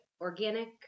organic